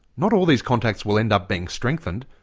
not all these contacts will end up being strengthened,